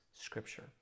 scripture